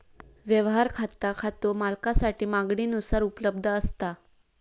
व्यवहार खाता खातो मालकासाठी मागणीनुसार उपलब्ध असता